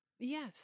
yes